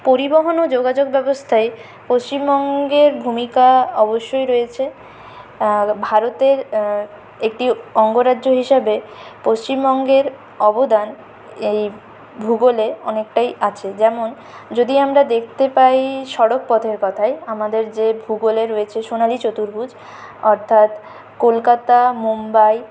পরিবহন ও যোগাযোগ ব্যবস্থায় পশ্চিমবঙ্গের ভূমিকা অবশ্যই রয়েছে ভারতের একটি অঙ্গরাজ্য হিসাবে পশ্চিমবঙ্গের অবদান এই ভূগোলে অনেকটাই আছে যেমন যদি আমরা দেখতে পাই সড়কপথের কথাই আমাদের যে ভূগোলে রয়েছে সোনালী চতুর্ভুজ অর্থাৎ কলকাতা মুম্বাই